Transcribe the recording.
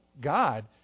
God